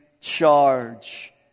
charge